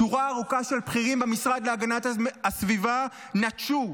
שורה ארוכה של בכירים במשרד להגנת הסביבה נטשו,